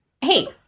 Hey